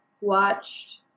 watched